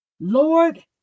Lord